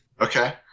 Okay